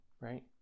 right